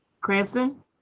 Cranston